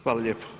Hvala lijepo.